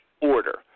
order